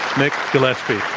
nick gillespie.